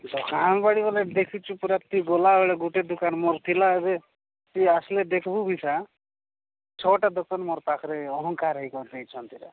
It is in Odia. ଦୋକାନବାଡ଼ି ବୋଲେ ଦେଖିଛୁ ପୁରା ତୁଇ ଗଲାବେଳେ ଗୋଟେ ଦୋକାନ ମୋର ଥିଲା ଏବେ ସେ ଆସିଲେ ଦେଖିବୁ ବିଶା ଛଅଟା ଦୋକାନ ମୋର ପାଖରେ ଅହଙ୍କାର ହେଇକ ହେଇଛନ୍ତିରା